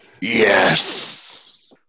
yes